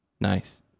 Nice